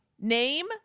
Name